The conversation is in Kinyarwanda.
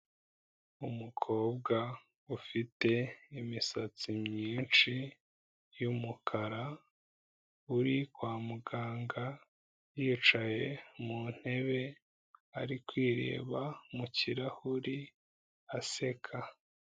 Umukobwa ufite imisatsi myinshi y'umukara, uri kwa muganga, yicaye mu ntebe ari kwireba mu kirahuri aseka.